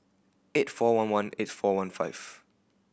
eight four one one eight four one five